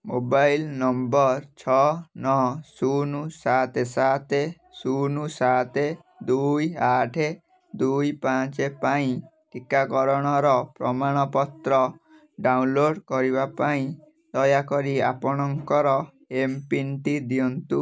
mobile number ଛଅ ନଅ ଶୂନ ସାତ ସାତ ଶୂନ ସାତେ ଦୁଇ ଆଠ ଦୁଇ ପାଞ୍ଚ ପାଇଁ ଟିକାକରଣର ପ୍ରମାଣପତ୍ର ଡାଉନଲୋଡ଼୍ କରିବା ପାଇଁ ଦୟାକରି ଆପଣଙ୍କର ଏମ୍ପିନ୍ଟି ଦିଅନ୍ତୁ